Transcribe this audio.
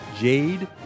Jade